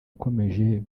akomeje